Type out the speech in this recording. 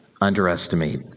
underestimate